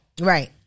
Right